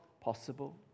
possible